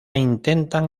intentan